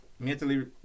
Mentally